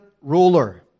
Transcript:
ruler